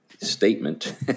statement